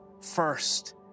First